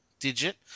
Digit